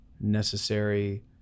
necessary